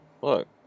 Look